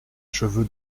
cheveu